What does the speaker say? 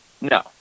no